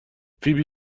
فیبی